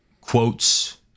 quotes